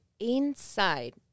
inside